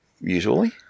Usually